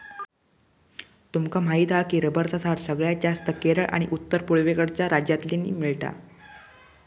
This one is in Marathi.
तुमका माहीत हा की रबरचा झाड सगळ्यात जास्तं केरळ आणि उत्तर पुर्वेकडच्या राज्यांतल्यानी मिळता